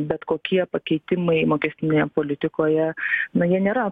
bet kokie pakeitimai mokestinėje politikoje na jie nėra